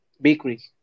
bakery